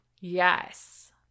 Yes